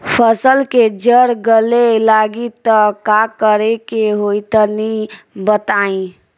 फसल के जड़ गले लागि त का करेके होई तनि बताई?